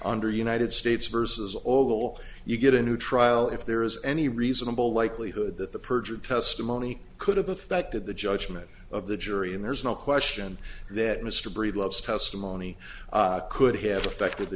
under united states versus old will you get a new trial if there is any reasonable likelihood that the perjured testimony could have affected the judgment of the jury and there's no question that mr breedlove testimony could have affected the